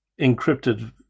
encrypted